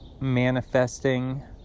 manifesting